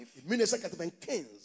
1995